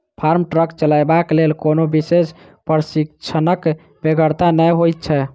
farm truck चलयबाक लेल कोनो विशेष प्रशिक्षणक बेगरता नै होइत छै